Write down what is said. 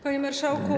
Panie Marszałku!